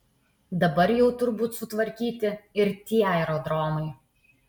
dabar jau turbūt sutvarkyti ir tie aerodromai